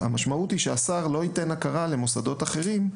המשמעות היא שהשר לא ייתן הכרה למוסדות אחרים,